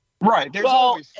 Right